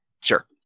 sure